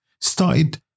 started